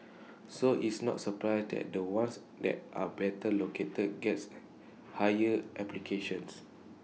so it's no surprise that the ones that are better located gets higher applications